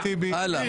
הלאה.